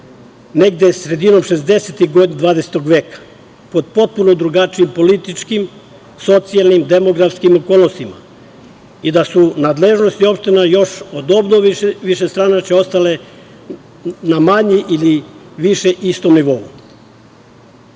negde sredinom 60-tih godina 20. veka, pod potpuno drugačijim političkim, socijalnim, demografskim okolnostima i da su nadležnosti opština još od obnove višestranačja ostale na manje ili više istom nivou. Mi